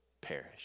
perish